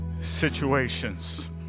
situations